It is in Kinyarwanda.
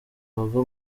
bava